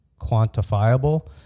quantifiable